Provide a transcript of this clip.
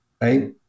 right